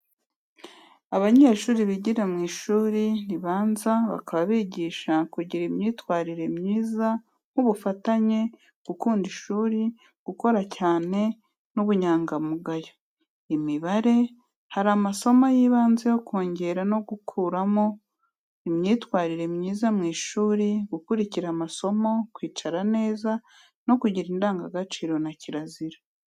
Abanyeshuri bigira mu ishuri ribanza bakaba bigisha kugira imyitwarire myiza nk’ubufatanye, gukunda ishuri, gukora cyane n’ubunyangamugayo. Imibare, hari amasomo y'ibanze yo kongera no gukuramo. Imyitwarire myiza mu ishuri gukurikira amasomo, kwicara neza no kugira indangagaciro na kirazira.